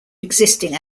existing